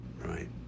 right